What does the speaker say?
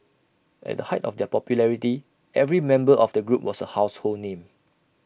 at the height of their popularity every member of the group was A household name